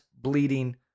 bleeding